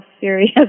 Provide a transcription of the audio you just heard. serious